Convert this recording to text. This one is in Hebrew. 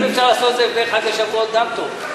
אם אפשר לעשות את זה לפני חג השבועות, גם טוב.